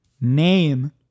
name